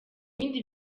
bindi